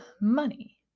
money